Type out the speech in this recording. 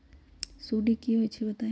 सुडी क होई छई बताई?